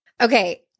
Okay